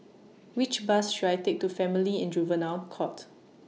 Which Bus should I Take to Family and Juvenile Court